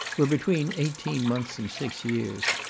were between eighteen months and six years.